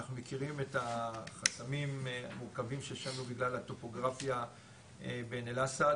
אנחנו מכירים את החסמים המורכבים שיש לנו בגלל הטופוגרפיה בעין אל-אסד.